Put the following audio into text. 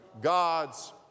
God's